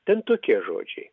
ten tokie žodžiai